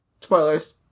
Spoilers